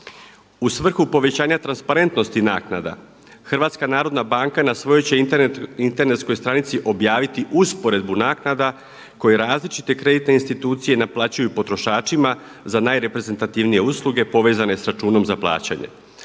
U svrhu povećanja transparentnosti naknada HNB na svojoj će Internetskoj stranici objaviti usporedbu naknada koje različite kreditne institucije naplaćuju potrošačima za najreprezentativnije usluge povezane sa računom za plaćanje.